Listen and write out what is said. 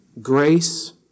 Grace